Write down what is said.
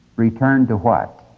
return to what?